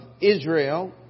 Israel